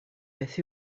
beth